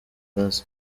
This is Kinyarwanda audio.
gaz